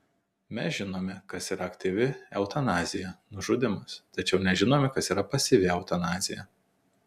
mes žinome kas yra aktyvi eutanazija nužudymas tačiau nežinome kas yra pasyvi eutanazija